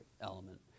element